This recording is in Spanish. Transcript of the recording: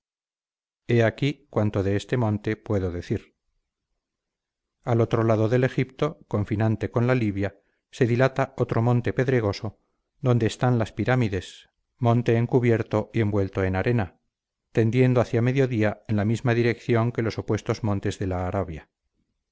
he aquí cuanto de este monte puedo decir al otro lado del egipto confinante con la libia se dilata otro monte pedregoso donde están las pirámides monte encubierto y envuelto en arena tendiendo hacia mediodía en la misma dirección que los opuestos montes de la arabia